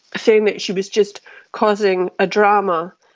saying that she was just causing a drama.